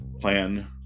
plan